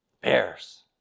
bears